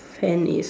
hand is